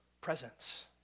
presence